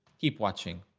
keep watching.